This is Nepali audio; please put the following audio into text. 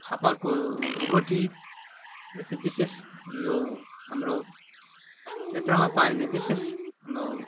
फापरको रोटी र चाहिँ विशेष यो हाम्रो क्षेत्रमा पाइने विशेष